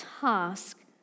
task